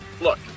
Look